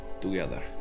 Together